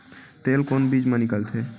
तेल कोन बीज मा निकलथे?